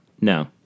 no